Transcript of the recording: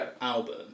album